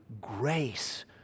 grace